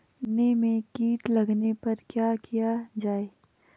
गन्ने में कीट लगने पर क्या किया जाये?